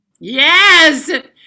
Yes